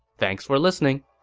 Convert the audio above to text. thanks for listening!